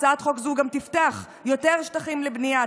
הצעת חוק זו גם תפתח יותר שטחים לבנייה,